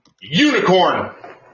Unicorn